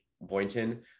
Boynton